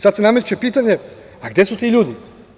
Sada se nameće pitanje, a gde su ti ljudi?